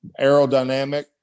aerodynamic